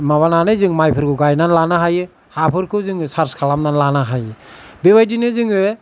माबानानै जों माइफोरखौ गायना लानो हायो हाफोरखौ जोङो सार्स खालामना लानो हायो बेबायदिनो जोङो